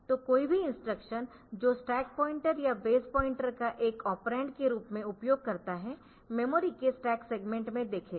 तो कोई भी इंस्ट्रक्शन जो स्टैक पॉइंटर या बेस पॉइंटर का एक ऑपरेंड के रूप में उपयोग करता है मेमोरी के स्टैक सेगमेंट में देखेगा